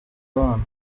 abana